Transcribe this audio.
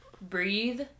breathe